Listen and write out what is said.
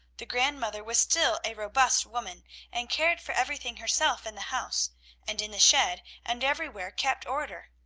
the grandmother was still a robust woman and cared for everything herself in the house and in the shed and everywhere kept order.